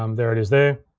um there it is there.